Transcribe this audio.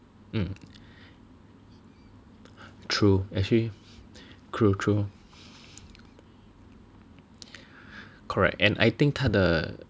true actually true true correct and I think 他的